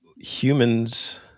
humans